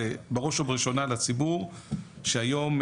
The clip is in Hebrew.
זה בראש ובראשונה לציבור שהיום,